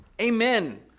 Amen